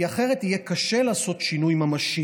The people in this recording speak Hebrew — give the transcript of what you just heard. כי אחרת יהיה קשה לעשות שינוי ממשי,